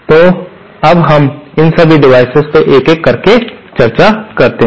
तो अब हम इन सभी डिवाइसेस पर एक एक करके चर्चा करते हैं